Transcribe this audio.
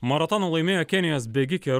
maratoną laimėjo kenijos bėgikė